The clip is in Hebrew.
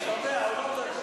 הוא שומע, הוא לא מקשיב.